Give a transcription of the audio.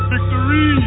Victory